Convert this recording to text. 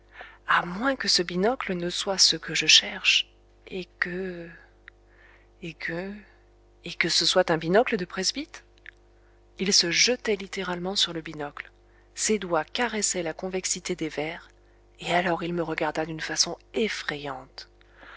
à moins que ce binocle ne soit ce que je cherche et que et que et que ce soit un binocle de presbyte il se jetait littéralement sur le binocle ses doigts caressaient la convexité des verres et alors il me regarda d'une façon effrayante